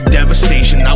devastation